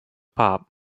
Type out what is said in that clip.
pop